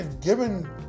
given